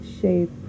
shape